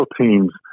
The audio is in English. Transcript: teams